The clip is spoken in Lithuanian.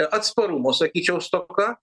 atsparumo sakyčiau stoka